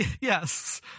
Yes